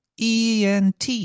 ENT